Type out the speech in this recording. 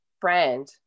brand